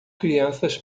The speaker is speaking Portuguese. crianças